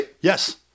yes